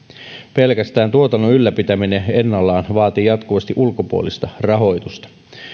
pelkästään tuotannon ylläpitäminen ennallaan vaatii jatkuvasti ulkopuolista rahoitusta